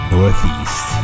Northeast